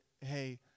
hey